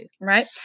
Right